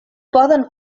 poden